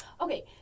Okay